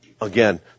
Again